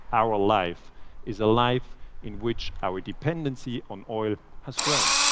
our life is a life in which our dependency on oil has grown.